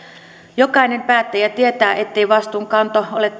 jokainen päättäjä tietää ettei vastuunkanto ole